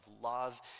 love